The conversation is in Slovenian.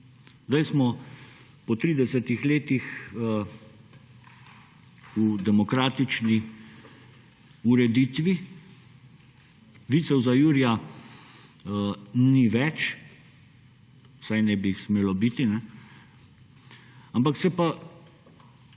Zdaj smo po tridesetih letih v demokratični ureditvi, vicev za jurja ni več, vsaj ne bi jih smelo biti; ampak pri